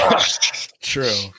True